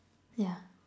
yeah